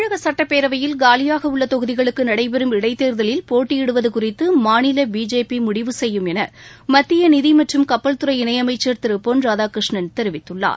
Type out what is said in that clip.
தமிழக சுட்டப்பேரவையில் காலியாக உள்ள தொகுதிகளுக்கு நடைபெறும் இடைத்தேர்தலில் போட்டியிடுவது குறித்து மாநில பிஜேபி முடிவு செய்யும் என மத்திய நிதி மற்றும் கப்பல் துறை இணை அமைச்சர் திரு பொன் ராதாகிருஷ்ணன் தெரிவித்துள்ளார்